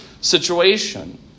situation